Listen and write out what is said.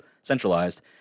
centralized